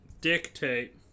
dictate